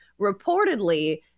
reportedly